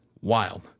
wild